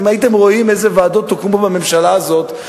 אם הייתם רואים איזה ועדות הוקמו בממשלה הזאת,